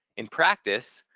in practice,